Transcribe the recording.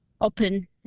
open